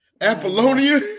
Apollonia